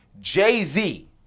Jay-Z